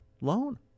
loan